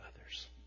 others